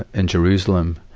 and jerusalem.